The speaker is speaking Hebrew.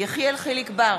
יחיאל חיליק בר,